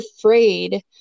afraid